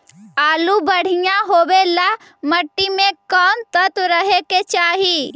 आलु बढ़िया होबे ल मट्टी में कोन तत्त्व रहे के चाही?